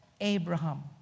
Abraham